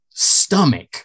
stomach